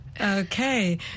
Okay